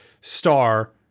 star